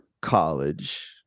college